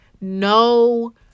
no